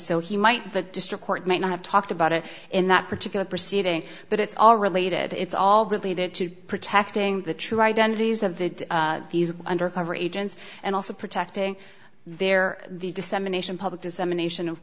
so he might the district court might not have talked about it in that particular proceeding but it's all related it's all related to protecting the true identities of the undercover agents and also protecting their the dissemination public dissemination of